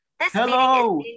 Hello